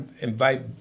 invite